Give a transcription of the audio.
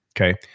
Okay